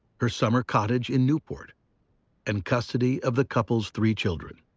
her summer cottage in newport and custody of the couple's three children.